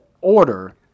order